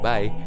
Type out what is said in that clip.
Bye